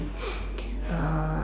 uh